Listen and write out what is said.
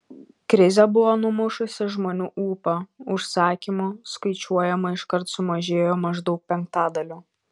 krizė buvo numušusi žmonių ūpą užsakymų skaičiuojama iškart sumažėjo maždaug penktadaliu